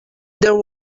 there